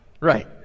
Right